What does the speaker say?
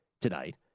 tonight